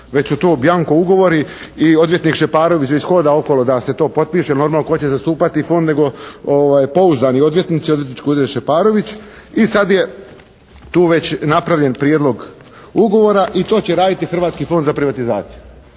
već su to «bianco» ugovori i odvjetnik Šeparović već hoda okolo da se to potpiše. Normalno tko će zastupati Fond nego pouzdani odvjetnici, odvjetnički ured Šeparović. I sad je tu već napravljen prijedlog ugovora i to će raditi Hrvatski fond za privatizaciju.